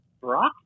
Brock